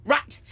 Right